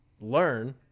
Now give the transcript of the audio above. learn